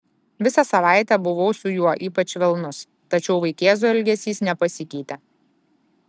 visą savaitę buvau su juo ypač švelnus tačiau vaikėzo elgesys nepasikeitė